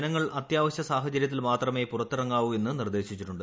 ജനങ്ങൾ അത്യാവശ്യ സാഹചര്യത്തിൽ മാത്രമേ പുറത്തിറങ്ങാവൂ എന്ന് നിർദേശിച്ചിട്ടുണ്ട്